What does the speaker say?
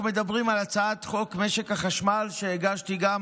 אנחנו מדברים על הצעת חוק משק החשמל, שהגשתי גם